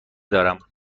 دارم